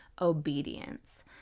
obedience